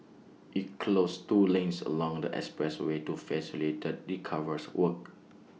IT closed two lanes along the expressway to facilitate recovers works